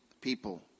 people